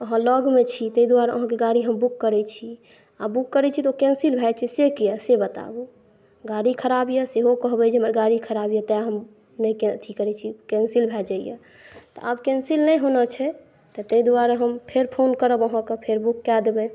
अहाँ लगमे छी तैं दुआरे अहाँके गाड़ी हम बुक करै छी आ बुक करै छी तऽ ओ कैन्सिल भए जाइ छै से किया से बताबु गाड़ी ख़राब यऽ सेहो कहबै जे हमर गाड़ी ख़राब यऽ तैं हम नहि अथी करै छी कैंसिल भए जाइ यऽ तऽ आब कैन्सिल नहि होना छै तऽ तैं दुआरे हम फेर फ़ोन करब अहाँके फेर बुक कै देबै